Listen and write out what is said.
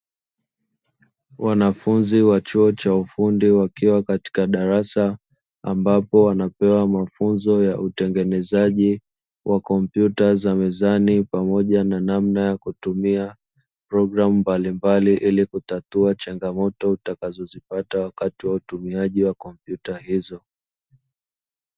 Wanafunzi wa chuo cha ufundi wakiwa katika darasa ambapo wanapewa mafunzo ya utengenezaji wa kompyuta za mezani, pamoja na namna ya kutumia programu mbalimbali ili kutatua changamoto watakazozipata wakati wa utumiaji wa kumpyuta hizo.